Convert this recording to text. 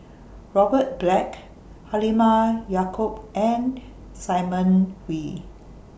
Robert Black Halimah Yacob and Simon Wee